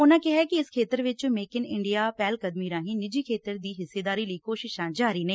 ਉਨੂਾਂ ਕਿਹੈ ਕਿ ਇਸ ਖੇਤਰ ਵਿਚ ਮੇਕ ਇਨ ਇੰਡੀਆ ਪਹਿਲਕਦਮੀ ਰਾਹੀਂ ਨਿੱਜੀ ਖੇਤਰ ਦੀ ਹਿੱਸੇਦਾਰੀ ਲਈ ਕੋਸ਼ਿਸਾਂ ਜਾਰੀ ਨੇ